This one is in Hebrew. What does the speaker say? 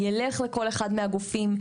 ילך לכל אחד מהגופים,